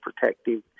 protective